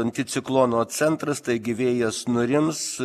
anticiklono centras taigi vėjas nurims